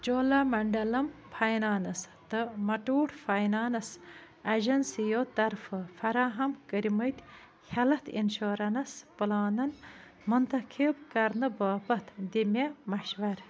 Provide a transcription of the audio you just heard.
Cholamandalam finance تہٕ Muthoot finance ایٚجنسِیَو طرفہٕ فراہم کٔرۍ مِتۍ ہیٚلٕتھ انشورنٕس پٕلانَن منتخب کرنہٕ باپتھ دِ مےٚ مشوَرٕ